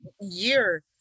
year